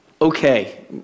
okay